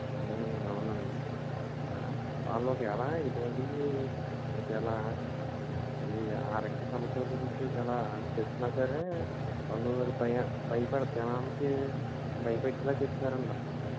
అవునండి వాళ్లు ఒకవేళ ఇటువంటివీ ఒకవేళ ఈ ఆరోగ్య సమస్య గురించి చాలా చెప్తున్నా సరే వాళ్లు అది భయ భయపడత్ జనానికి భయపెట్టేలా చెప్తున్నారండీ ఆళ్ళు